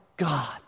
God